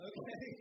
Okay